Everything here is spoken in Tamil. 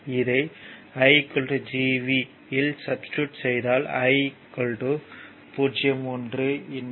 இதை I GV இல் சப்ஸ்டிடுட் செய்தால் I 0